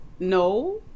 no